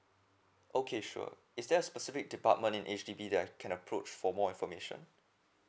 okay sure is there a specific department in H_D_B that I can approach for more information